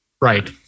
Right